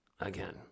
Again